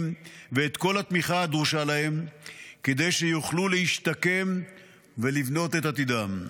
ואת כל התמיכה הדרושה להם כדי שיוכלו להשתקם ולבנות את עתידם.